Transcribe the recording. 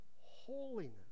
holiness